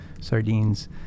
sardines